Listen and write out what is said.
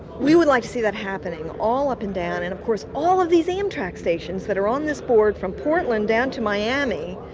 we would like to see that happening all up and down, and of course all of these amtrak stations that are on this board from portland down to miami,